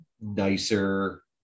nicer